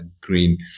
green